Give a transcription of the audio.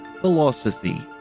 Philosophy